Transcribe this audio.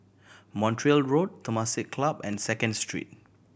Montreal Road Temasek Club and Second Street